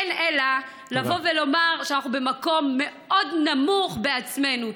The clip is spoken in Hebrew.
אין אלא לבוא ולומר שאנחנו במקום מאוד נמוך בעצמנו.